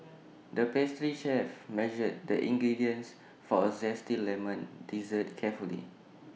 the pastry chef measured the ingredients for A Zesty Lemon Dessert carefully